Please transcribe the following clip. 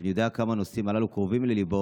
שאני יודע עד כמה הנושאים האלה קרובים לליבו,